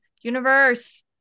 Universe